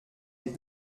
des